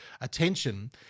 attention